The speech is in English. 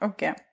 Okay